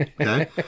Okay